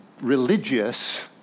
religious